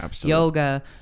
yoga